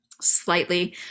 slightly